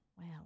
wow